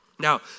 Now